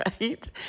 right